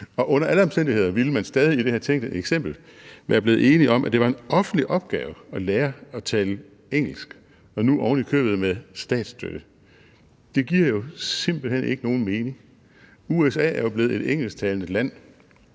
under alle omstændigheder ville man stadig i det her tænkte eksempel være blevet enige om, at det var en offentlig opgave at lære at tale engelsk, nu ovenikøbet med statsstøtte. Det giver jo simpelt hen ikke nogen mening. USA er jo blevet et engelsktalende land,